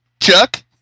Chuck